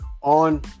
on